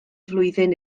flwyddyn